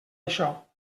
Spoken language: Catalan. això